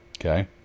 okay